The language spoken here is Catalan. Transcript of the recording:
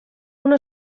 una